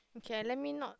okay let me know